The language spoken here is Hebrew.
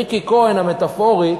ריקי כהן המטפורית,